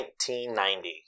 1990